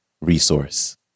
resource